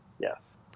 Yes